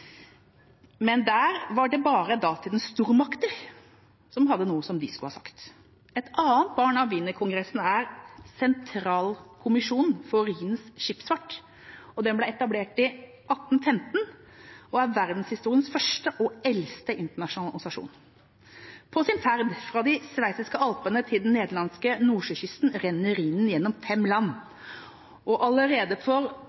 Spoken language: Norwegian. Men der var det bare datidas stormakter som hadde noe de skulle ha sagt. Et annet «barn» av Wienerkongressen er Sentralkommisjonen for skipsfart på Rhinen. Den ble etablert i 1815 og er verdenshistoriens første og eldste internasjonale organisasjon. På sin ferd fra de sveitsiske alpene til den nederlandske nordsjøkysten renner Rhinen gjennom fem land. Allerede for